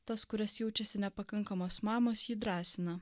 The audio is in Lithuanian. tas kurios jaučiasi nepakankamos mamos jį drąsina